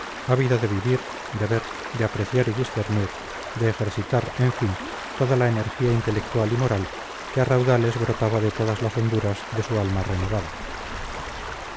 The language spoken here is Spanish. gozo ávido de vivir de ver de apreciar y discernir de ejercitar en fin toda la energía intelectual y moral que a raudales brotaba de todas las honduras de su alma renovada